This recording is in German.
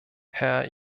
herr